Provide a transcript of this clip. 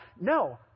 no